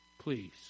Please